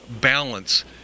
balance